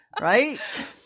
right